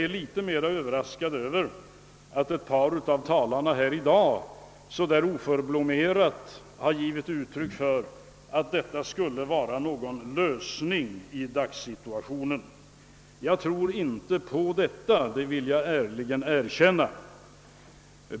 Men jag är ännu mer Överraskad av att några av dagens talare så oförblommerat har givit uttryck för att växelkursjusteringar skulle vara en lösning i dagens situation. Jag tror inte detta — det vill jag ärligt erkänna.